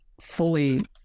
fully